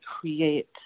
create